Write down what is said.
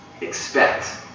expect